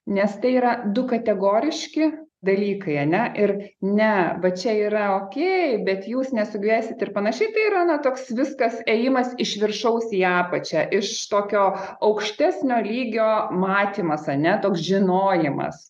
nes tai yra du kategoriški dalykai ar ne ir ne vat čia yra okei bet jūs nesugebėsit ir panašiai tai yra na toks viskas ėjimas iš viršaus į apačią iš tokio aukštesnio lygio matymas ar ne toks žinojimas